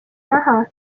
näha